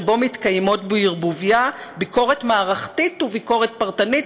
שבו מתקיימות בערבוביה ביקורת מערכתית וביקורת פרטנית",